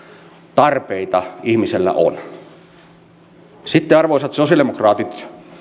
tarpeita ihmisellä on arvoisat sosiaalidemokraatit